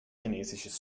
chinesisches